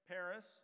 Paris